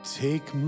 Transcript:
take